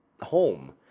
home